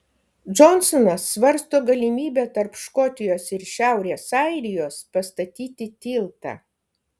džonsonas svarsto galimybę tarp škotijos ir šiaurės airijos pastatyti tiltą